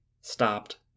stopped